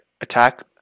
attack